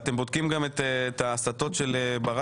ואתם בודקים גם את ההסתות של ברק,